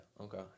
okay